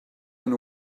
and